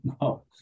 No